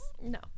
No